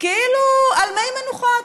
כאילו על מי מנוחות,